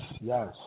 yes